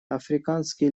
африканские